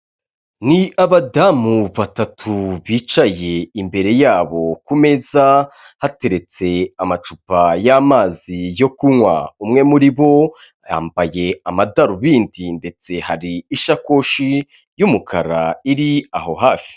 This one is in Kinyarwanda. Ni abadamu batatu bicaye imbere yabo ku meza hateretse amacupa y'amazi yo kunywa, umwe muri bo yambaye amadarubindi ndetse hari iisakoshi y'umukara iri aho hafi.